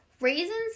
Raisins